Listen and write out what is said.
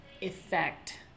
effect